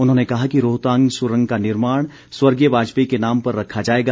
उन्होंने कहा कि रोहतांग सुरंग का नाम स्वर्गीय वाजपेयी के नाम पर रखा जाएगा